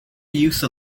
use